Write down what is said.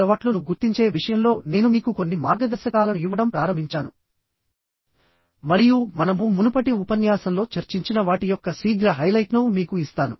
అలవాట్లు ను గుర్తించే విషయంలో నేను మీకు కొన్ని మార్గదర్శకాలను ఇవ్వడం ప్రారంభించాను మరియు మనము మునుపటి ఉపన్యాసంలో చర్చించిన వాటి యొక్క శీఘ్ర హైలైట్ను మీకు ఇస్తాను